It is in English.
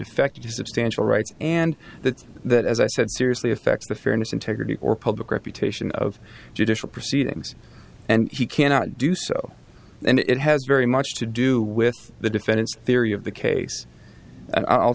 effect is substantial rights and that that as i said seriously affects the fairness integrity or public reputation of judicial proceedings and he cannot do so and it has very much to do with the defense theory of the case and i'll